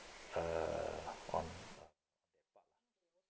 err hmm